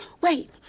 Wait